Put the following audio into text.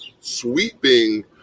sweeping